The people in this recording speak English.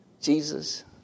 Jesus